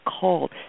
called